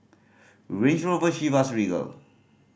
Range Rover Chivas Regal